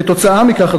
כתוצאה מכך,